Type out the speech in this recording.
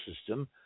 system